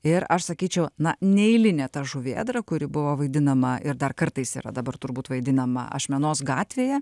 ir aš sakyčiau na neeilinė ta žuvėdra kuri buvo vaidinama ir dar kartais yra dabar turbūt vaidinama ašmenos gatvėje